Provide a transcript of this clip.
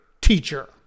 teacher